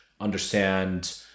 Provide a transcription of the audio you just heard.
understand